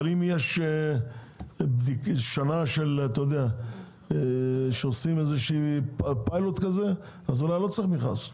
אם יש שנה שעושים איזשהו פיילוט אז אולי לא צריך מכרז.